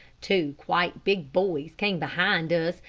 two quite big boys came behind us,